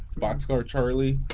boxcar charlie,